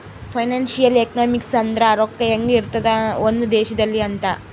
financial economics ಅಂದ್ರ ರೊಕ್ಕ ಹೆಂಗ ಇರ್ತದ ಒಂದ್ ದೇಶದಲ್ಲಿ ಅಂತ